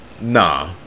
nah